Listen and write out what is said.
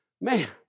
man